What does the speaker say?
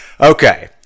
Okay